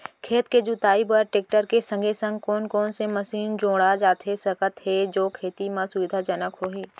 खेत के जुताई बर टेकटर के संगे संग कोन कोन से मशीन जोड़ा जाथे सकत हे जो खेती म सुविधाजनक होही?